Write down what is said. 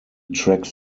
tracks